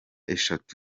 eshatu